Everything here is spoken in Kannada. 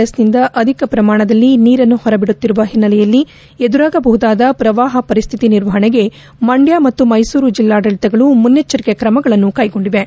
ಎಸ್ ನಿಂದ ಅಧಿಕ ಪ್ರಮಾಣದಲ್ಲಿ ನೀರನ್ನು ಹೊರಬಿಡುತ್ತಿರುವ ಹಿನ್ನೆಲೆಯಲ್ಲಿ ಎದುರಾಗಬಹುದಾದ ಪ್ರವಾಹ ಪರಿಸ್ಟಿತಿ ನಿರ್ವಹಣೆಗೆ ಮಂಡ್ದ ಮತ್ತು ಮೈಸೂರು ಜಿಲ್ಲಾಡಳಿತಗಳು ಮುನ್ನೆಚ್ಚರಿಕೆ ಕ್ರಮಗಳನ್ನು ಕೈಗೊಂಡಿವೆ